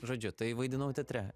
žodžiu tai vaidinau teatre